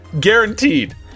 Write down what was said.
Guaranteed